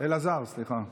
אלעזר, סליחה.